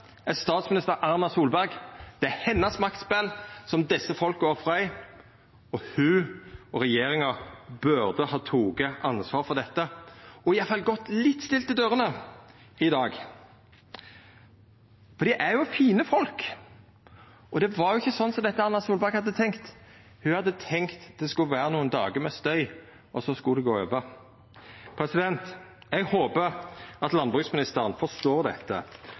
er statsminister Erna Solberg. Det er hennar maktspel desse folka er ofra i, og ho og regjeringa burde ha teke ansvar for dette – og i alle fall gått litt stilt i dørene i dag. For dei er jo fine folk, og det var ikkje slik som dette Erna Solberg hadde tenkt. Ho hadde tenkt at det skulle vera nokre dagar med støy, og så skulle det gå over. Eg håpar at landbruksministeren forstår dette